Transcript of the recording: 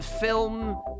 film